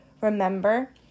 remember